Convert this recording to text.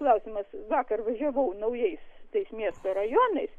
klausimas vakar važiavau naujais tais miesto rajonais